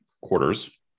quarters